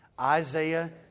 Isaiah